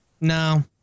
No